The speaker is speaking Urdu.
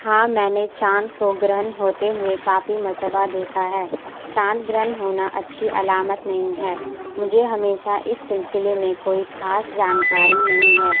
ہاں میں نے چاند کو گرہن ہوتے ہوئے کافی مرتبہ دیکھا ہے چاند گرہن ہونا اچھی علامت نہیں ہے مجھے ہمیشہ اس سلسلے میں کوئی خاص جانکاری نہیں ہے